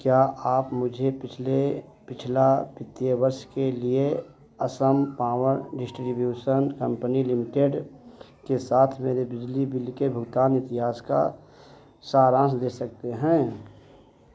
क्या आप मुझे पिछले पिछला वित्तीय वर्ष के लिए Assam power distribution company limited के साथ मेरे बिजली बिल के भुगतान इतिहास का सारांश दे सकते हैं